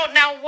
now